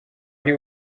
ari